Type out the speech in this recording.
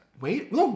Wait